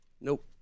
Nope